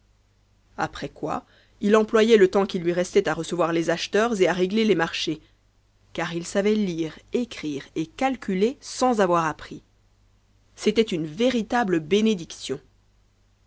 après quoi il employait le temps qui lui restait recevoir les acheteurs et à régler les marches car il savait lire écrire et calculer sans avoir appris c'était une véritable bénédiction